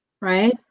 right